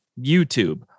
YouTube